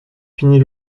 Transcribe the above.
finie